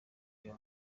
uyu